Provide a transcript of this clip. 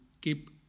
keep